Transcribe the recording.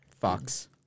Fox